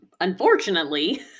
unfortunately